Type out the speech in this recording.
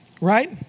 Right